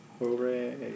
Hooray